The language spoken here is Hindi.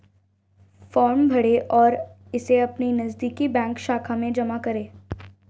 फॉर्म भरें और इसे अपनी नजदीकी बैंक शाखा में जमा करें